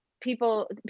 people